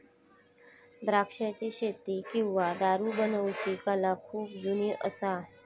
द्राक्षाची शेती किंवा दारू बनवुची कला खुप जुनी असा